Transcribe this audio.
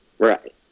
Right